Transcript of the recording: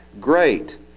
great